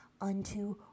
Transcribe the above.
unto